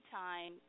time